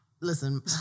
listen